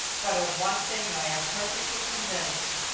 but of one thing i am perfectly convinced,